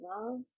love